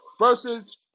versus